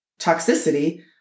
toxicity